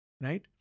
Right